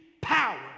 power